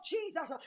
Jesus